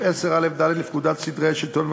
עשה, מה